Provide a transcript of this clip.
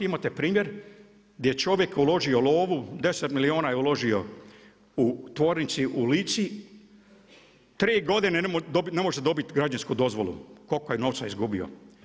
Imate primjer, gdje je čovjek uložio lovu, 10 milijuna je uložio u tvornici u Lici. 3 godine ne može dobiti građevinsku dozvolu, koliko je novca izgubio.